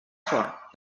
fort